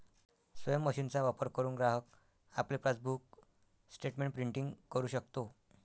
स्वयम मशीनचा वापर करुन ग्राहक आपले पासबुक स्टेटमेंट प्रिंटिंग करु शकतो